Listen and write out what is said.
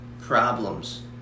problems